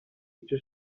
icyo